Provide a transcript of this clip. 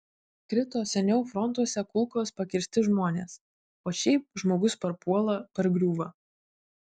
krito seniau frontuose kulkos pakirsti žmonės o šiaip žmogus parpuola pargriūva